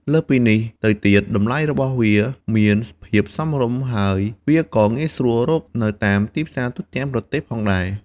លើសពីនេះទៅទៀត តម្លៃរបស់វាមានភាពសមរម្យ ហើយវាក៏ងាយស្រួលរកនៅតាមទីផ្សារទូទាំងប្រទេសផងដែរ។